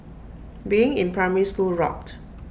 being in primary school rocked